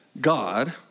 God